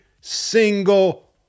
single